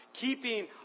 keeping